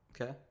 Okay